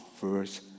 first